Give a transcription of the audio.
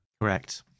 Correct